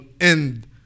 end